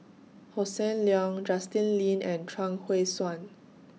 Hossan Leong Justin Lean and Chuang Hui Tsuan